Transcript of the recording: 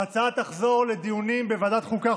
ההצעה תחזור לדיונים בוועדת החוקה,